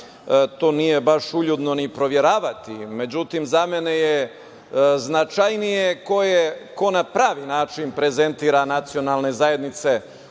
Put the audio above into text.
to nije baš uljudno ni proveravati. Međutim, za mene je značajnije ko na pravi način prezentira nacionalne zajednice